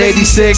86